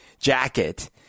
jacket